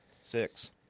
Six